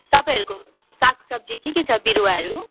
तपाईँहरूको सागसब्जी के के छ बिरुवाहरू